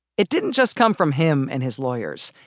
it didn't just come from him and his lawyers.